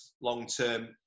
long-term